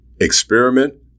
experiment